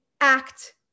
act